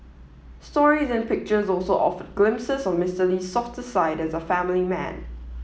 stories and pictures also offered glimpses of Mister Lee's softer side as a family man